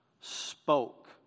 spoke